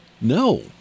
No